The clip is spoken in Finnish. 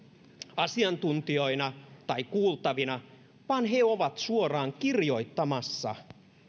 asiantuntijoina tai kuultavina vaan he ovat suoraan kirjoittamassa